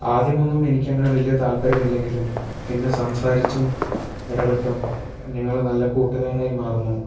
ആദ്യമൊന്നും എനിക്ക് അങ്ങനെ വലിയ താൽപ്പര്യമില്ലങ്കിലും പിന്നെ സംസാരിച്ചും ഇടപെട്ടും ഞങ്ങള് നല്ല കൂട്ടുകാരായി മാറുന്നു